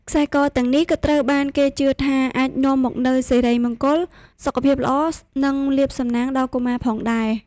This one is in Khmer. ខ្សែកទាំងនេះក៏ត្រូវបានគេជឿថាអាចនាំមកនូវសិរីមង្គល សុខភាពល្អ និងលាភសំណាងដល់កុមារផងដែរ។